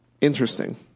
Interesting